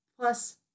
plus